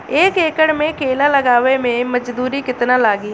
एक एकड़ में केला लगावे में मजदूरी कितना लागी?